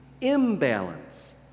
imbalance